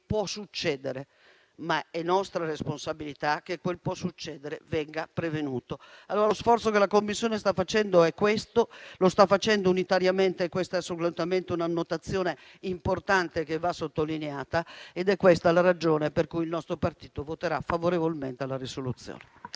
può succedere, ma è nostra responsabilità che quel "può succedere" venga prevenuto. Allora lo sforzo che la Commissione sta facendo, lo sta facendo unitariamente - questa è solamente un'annotazione importante che va sottolineata - ed è questa la ragione per cui il nostro partito voterà favorevolmente alla risoluzione.